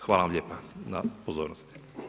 Hvala vam lijepa na pozornosti.